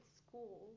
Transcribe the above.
school